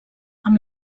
amb